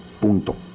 punto